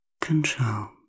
control